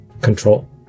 control